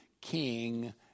King